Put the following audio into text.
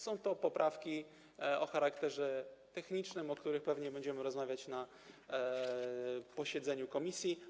Są to poprawki o charakterze technicznym, o których pewnie będziemy rozmawiać na posiedzeniu komisji.